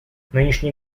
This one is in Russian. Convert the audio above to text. нынешний